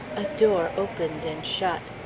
a door opened and shut.